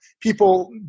people